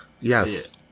Yes